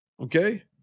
Okay